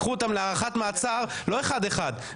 לקחו אותם להארכת מעצר לא אחד אחד.